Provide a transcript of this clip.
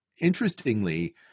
interestingly